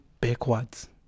backwards